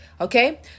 Okay